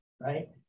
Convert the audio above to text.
right